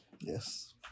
Yes